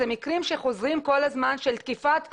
אלה מקרים שחוזרים כל הזמן של תקיפת העיתונאים.